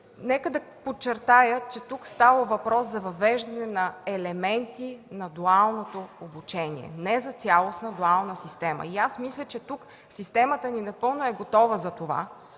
нека да подчертая, че тук става въпрос за въвеждане на елементи на дуалното обучение, не за цялостна дуална система. Мисля, че системата ни е напълно готова за това,